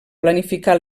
planificar